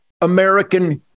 american